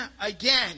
again